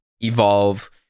evolve